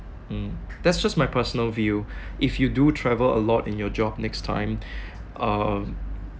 mm that's just my personal view if you do travel a lot in your job next time um